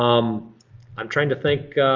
um i'm trying to think